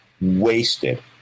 wasted